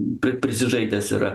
pri prisižaidęs yra